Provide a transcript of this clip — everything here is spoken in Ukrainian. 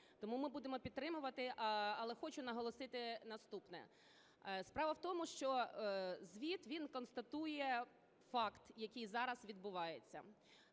Тому ми будемо підтримувати, але хочу наголосити наступне. Справа в тому, що звіт, він констатує факт, який зараз відбувається,